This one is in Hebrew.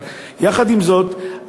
יחד עם זאת,